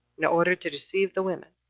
in order to deceive the women,